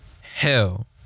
hell